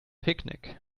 picnic